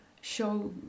show